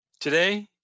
Today